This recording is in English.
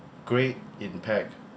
great impact